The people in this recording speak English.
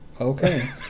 okay